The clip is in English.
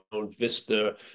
vista